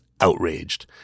outraged